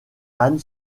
anne